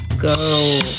go